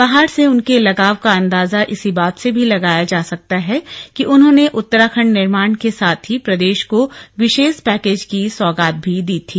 पहाड़ से उनके लगाव का अंदाजा इस बात से भी लगाया जा सकता है कि उन्होंने उत्तराखंड निर्माण के साथ ही प्रदेश को विशेष पैकेज की सौगात भी दी थी